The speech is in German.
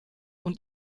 und